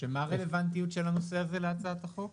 מה הרלוונטיות של הנושא הזה להצעת החוק?